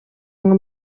ngo